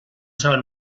saben